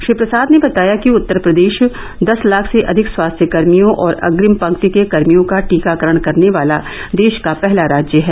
श्री प्रसाद ने बताया कि उत्तर प्रदेश दस लाख से अधिक स्वास्थ्यकर्मियों और अप्रिम पंक्ति के कर्मियों का टीकाकरण करने वाला देश का पहला राज्य है